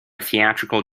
theatrical